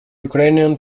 ukrainian